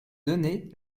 donner